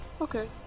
Okay